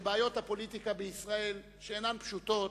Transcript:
שבעיות הפוליטיקה בישראל, שאינן פשוטות,